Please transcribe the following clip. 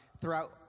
throughout